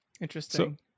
interesting